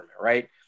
right